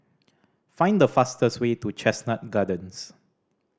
find the fastest way to Chestnut Gardens